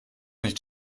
nicht